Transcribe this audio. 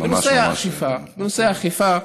נושא האכיפה.